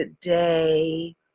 day